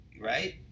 right